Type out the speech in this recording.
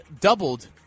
doubled